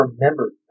remember